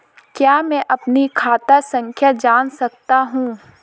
क्या मैं अपनी खाता संख्या जान सकता हूँ?